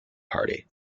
party